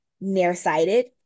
nearsighted